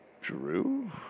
Drew